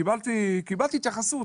קיבלתי התייחסות.